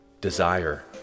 Desire